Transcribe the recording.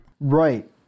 Right